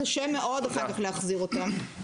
קשה מאוד אחר כך להחזיר אותם.